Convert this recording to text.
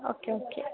okay okay